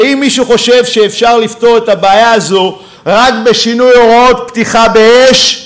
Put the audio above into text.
ואם מישהו חושב שאפשר לפתור את הבעיה הזאת רק בשינוי הוראות פתיחה באש,